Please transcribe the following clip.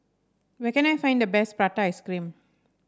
where can I find the best Prata Ice Cream